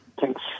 Thanks